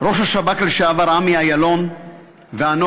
ראש השב"כ לשעבר עמי אילון ואנוכי